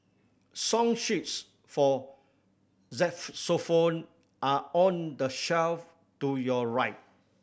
song sheets for are on the shelf to your right